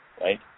right